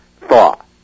thought